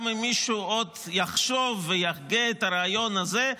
גם אם מישהו עוד יחשוב ויהגה את הרעיון הזה,